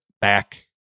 back